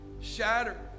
Shatter